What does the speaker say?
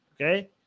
Okay